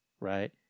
right